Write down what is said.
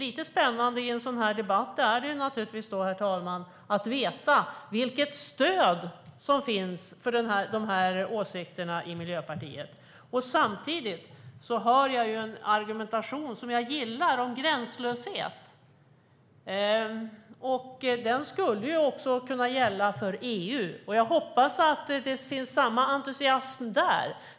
I en sådan här debatt är det naturligtvis lite spännande, herr talman, att veta vilket stöd som finns för de här åsikterna i Miljöpartiet. Samtidigt hör jag en argumentation om gränslöshet som jag gillar. Den skulle också kunna gälla för EU. Jag hoppas att det finns samma entusiasm där.